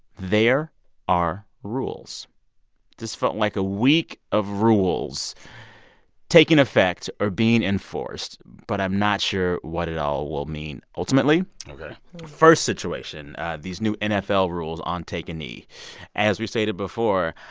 there are rules just felt like a week of rules taking effect or being enforced, but i'm not sure what it all will mean ultimately ok the first situation these new nfl rules on take a knee as we stated before,